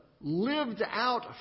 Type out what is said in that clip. lived-out